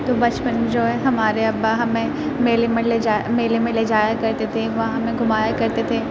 تو بچپن جو ہے ہمارے ابا ہمیں میلے میں لے جا میلے میں لے جایا کرتے تھے وہاں ہمیں گھمایا کرتے تھے